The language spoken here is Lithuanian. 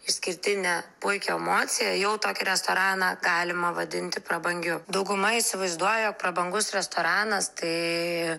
išskirtinę puikią emociją jau tokį restoraną galima vadinti prabangiu dauguma įsivaizduoja prabangus restoranas tai